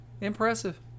Impressive